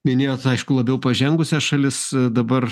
minėjot aišku labiau pažengusias šalis dabar